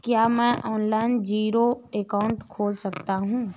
क्या मैं online zero account खोल सकता हूँ?